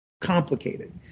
Complicated